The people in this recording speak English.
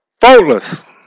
faultless